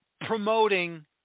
promoting